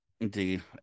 Indeed